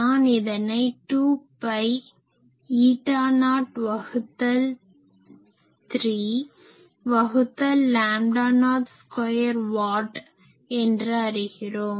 நான் இதனை 2 by eta naught வகுத்தல் 3 வகுத்தல் லாம்டா நாட் ஸ்கொயர் வாட் என்று அறிகிறோம்